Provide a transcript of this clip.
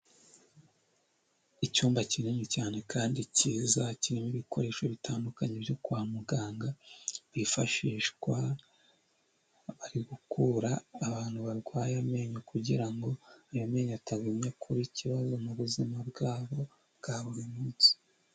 Icyumba kinini cyane kandi cyiza kirimo ibikoresho bitandukanye byo kwa muganga byifashishwa bari gukura abantu barwaye amenyo kugira ngo ayo menyo atagumya kuba ikibazo mu buzima bwabo bwa buri munsi.